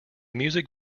music